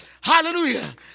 Hallelujah